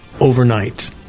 overnight